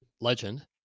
legend